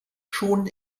schon